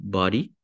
body